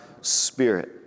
spirit